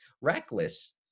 reckless